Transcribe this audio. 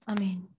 Amen